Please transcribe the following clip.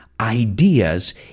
ideas